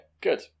good